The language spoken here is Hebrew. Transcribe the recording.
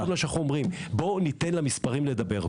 כמו שאומרים, בואו ניתן למספרים לדבר.